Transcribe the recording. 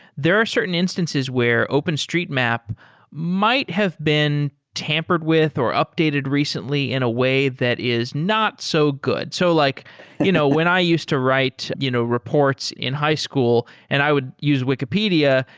there are certain instances where openstreetmap might have been tampered with or updated recently in a way that is not so good. so like you know when i used to write you know reports in high school and i would use wikipedia,